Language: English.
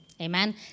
Amen